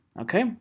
okay